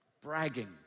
bragging